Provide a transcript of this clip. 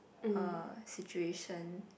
uh situation